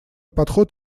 подход